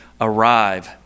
arrive